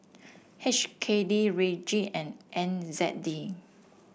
H K D Ringgit and N Z D